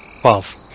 Twelve